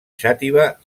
xàtiva